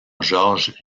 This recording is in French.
george